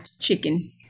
chicken